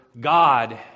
God